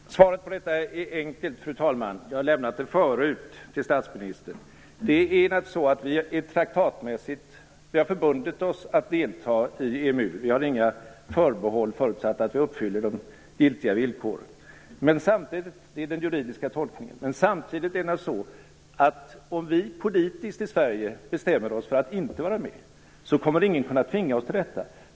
Fru talman! Svaret på detta är enkelt. Jag har lämnat det förut till statsministern. Vi har naturligtvis traktatsmässigt förbundit oss att delta i EMU. Vi har inga förbehåll, förutsatt att vi uppfyller de giltiga villkoren. Det är den juridiska tolkningen. Samtidigt är det naturligtvis så, att om vi politiskt i Sverige bestämmer oss för att inte vara med kommer ingen att kunna tvinga oss till detta.